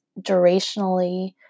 durationally